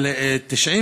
על 97